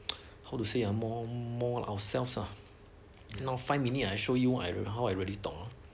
how to say ah more more ourselves ah now five minute I show you how I really talk